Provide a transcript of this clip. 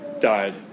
died